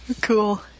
Cool